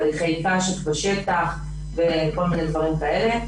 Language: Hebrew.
הליכים בשטח וכל מיני דברים כאלה.